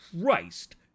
Christ